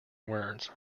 words